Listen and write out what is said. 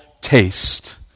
taste